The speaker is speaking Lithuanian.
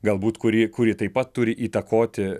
galbūt kuri kuri taip pat turi įtakoti